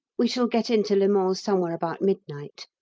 we shall get in to le mans somewhere about midnight.